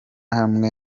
hamwe